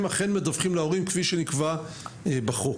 אכן מדווחים להורים כפי שנקבע בחוק.